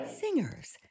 Singers